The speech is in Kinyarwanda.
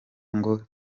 ngo